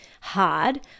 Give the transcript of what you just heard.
hard